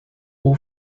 all